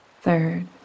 third